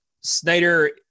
Snyder